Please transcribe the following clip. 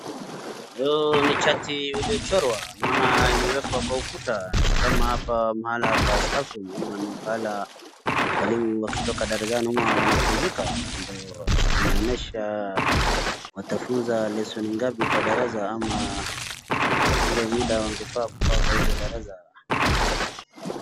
Hiyo ni chatai iliyochorwa, naona imewekwa kwa ukuta ni kama hapo mahala pa [sc]staffroom ambapo walimu wakitoka darasani mwao wanapumzika, ndio inaonyesha watafunza lesoni ngapi kwa darasa ama ile muda walifaa kukaa kwa hizo darasa.